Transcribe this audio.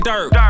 Dirt